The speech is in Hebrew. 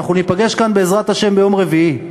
אנחנו ניפגש כאן בעזרת השם ביום רביעי.